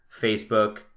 Facebook